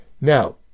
Now